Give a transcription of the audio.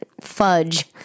fudge